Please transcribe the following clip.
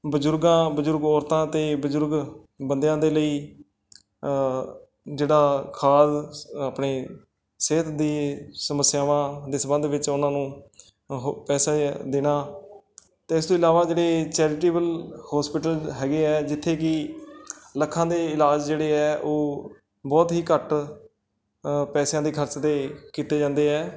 ਬਜ਼ੁਰਗਾਂ ਬਜ਼ੁਰਗ ਔਰਤਾਂ ਅਤੇ ਬਜ਼ੁਰਗ ਬੰਦਿਆਂ ਦੇ ਲਈ ਜਿਹੜਾ ਖ਼ਾਦ ਸ ਆਪਣੇ ਸਿਹਤ ਦੀ ਸਮੱਸਿਆਵਾਂ ਦੇ ਸੰਬੰਧ ਵਿੱਚ ਉਹਨਾਂ ਨੂੰ ਉਹ ਪੈਸਾ ਦੇਣਾ ਅਤੇ ਇਸ ਤੋਂ ਇਲਾਵਾ ਜਿਹੜੇ ਚੈਰੀਟੇਬਲ ਹੋਸਪਿਟਲ ਹੈਗੇ ਹੈ ਜਿੱਥੇ ਕਿ ਲੱਖਾਂ ਦੇ ਇਲਾਜ ਜਿਹੜੇ ਹੈ ਉਹ ਬਹੁਤ ਹੀ ਘੱਟ ਪੈਸਿਆਂ ਦੇ ਖਰਚ ਦੇ ਕੀਤੇ ਜਾਂਦੇ ਹੈ